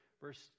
Verse